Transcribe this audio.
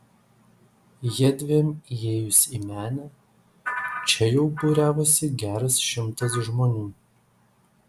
jiedviem įėjus į menę čia jau būriavosi geras šimtas žmonių